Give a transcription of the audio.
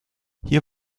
hier